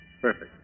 perfect